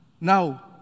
now